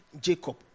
Jacob